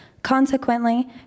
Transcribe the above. Consequently